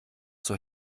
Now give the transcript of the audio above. zur